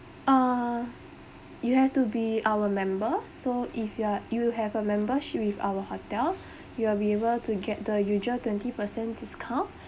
uh you have to be our members so if you are you have a membership with our hotel you're able to get the usual twenty percent discount